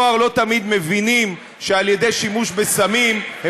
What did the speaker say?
הרלוונטיים תוך 90 יום.